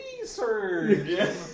research